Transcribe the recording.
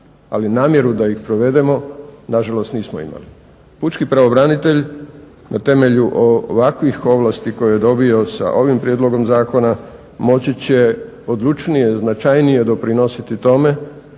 ali namjeru da ih provedemo nažalost nismo imali. Pučki pravobranitelj na temelju ovakvih ovlasti koje je dobio sa ovim prijedlogom zakona moći će odlučnije, značajnije doprinositi tome